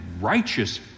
righteous